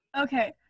Okay